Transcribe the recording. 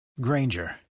Granger